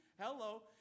Hello